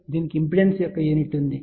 దీనికి ఇంపిడెన్స్ యొక్క యూనిట్ ఉంది